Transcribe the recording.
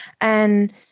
And-